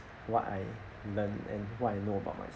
what I learn and what you know about myself